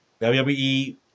WWE